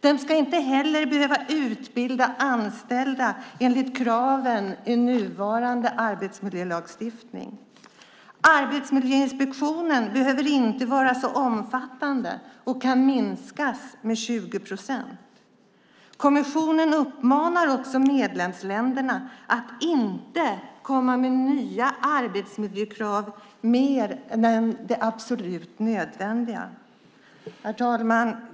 De ska inte heller behöva utbilda anställda enligt kraven i nuvarande arbetsmiljölagstiftning. Arbetsmiljöinspektionen behöver inte vara så omfattande och kan minskas med 20 procent. Kommissionen uppmanar medlemsländerna att inte komma med nya arbetsmiljökrav mer än det absolut nödvändiga. Herr talman!